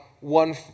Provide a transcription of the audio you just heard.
one